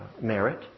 merit